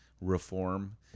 reform